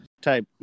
type